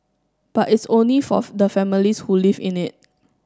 but it's only for the families who live in it